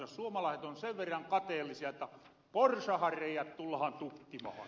suomalaiset on sen verran kateellisia että porsahanreiät tullahan tukkimahan